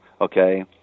Okay